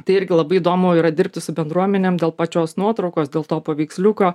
tai irgi labai įdomu yra dirbti su bendruomenėm dėl pačios nuotraukos dėl to paveiksliuko